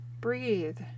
Breathe